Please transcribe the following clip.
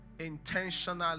intentionally